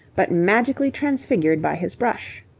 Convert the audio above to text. but magically transfigured by his brush.